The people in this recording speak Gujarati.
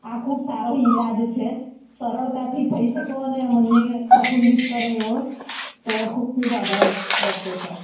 આ ખૂબ સારો ઈલાજ છે સરળતાથી થઈ શકો અને મનને પ્રફુલ્લિત કરે એવો તો ખૂબ ખૂબ આભાર ડૉક્ટર સાહેબ